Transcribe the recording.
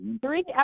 Three